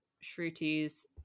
shruti's